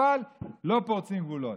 אבל לא פורצים גבולות.